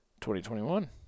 2021